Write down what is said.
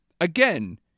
again